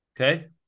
Okay